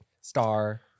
star